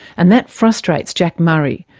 and that frustrates jack murray,